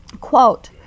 Quote